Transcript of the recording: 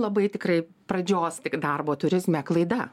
labai tikrai pradžios tik darbo turizme klaida